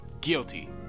Guilty